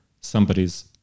somebody's